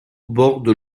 borde